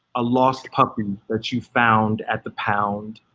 a lost puppy that you found at the pound.